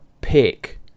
pick